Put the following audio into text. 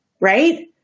right